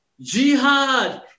Jihad